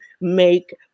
make